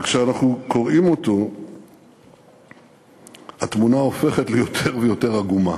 כשאנחנו קוראים אותו התמונה הופכת ליותר ויותר עגומה,